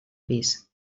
pis